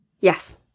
Yes